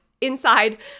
inside